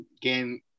game